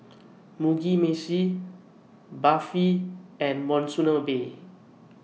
Mugi Meshi Barfi and Monsunabe